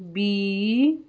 B